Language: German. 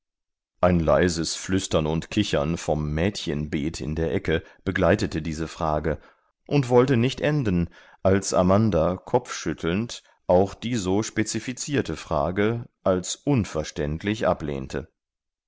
ein leises flüstern und kichern vom mädchenbeet in der ecke begleitete diese frage und wollte nicht enden als amanda kopfschüttelnd auch die so spezifizierte frage als unverständlich ablehnte